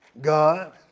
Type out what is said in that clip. God